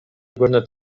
көрүнөт